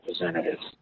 representatives